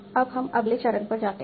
अब हम अगले चरण पर जाते हैं